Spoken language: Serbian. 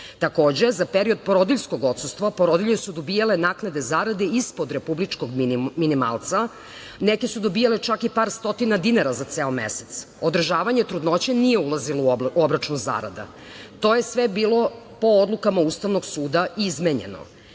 Takođe, za periodu porodiljskog odsustva porodilje su dobijale naknade zarade ispod republičkog minimalca. Neke su dobijale čak i par stotina dinara za ceo mesec. Održavanje trudnoće nije ulazilo u obračun zarada. To je sve bilo po odlukama Ustavnog suda izmenjeno. Izmenama